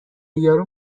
یارو